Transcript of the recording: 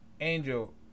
Angel